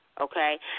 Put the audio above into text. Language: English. okay